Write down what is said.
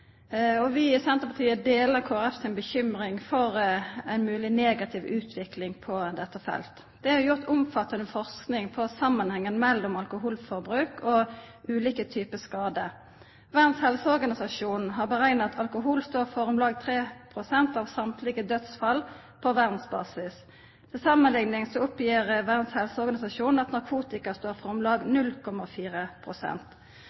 Vi i Senterpartiet deler Kristeleg Folkeparti si bekymring for ei mogleg negativ utvikling på dette feltet. Det er gjort omfattande forsking på samanhengen mellom alkoholforbruk og ulike typar skadar. Verdens Helseorganisasjon har berekna at alkohol står for om lag 3 pst. av alle dødsfall på verdsbasis. Til samanlikning oppgir Verdens Helseorganisasjon at narkotika står for om lag